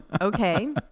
Okay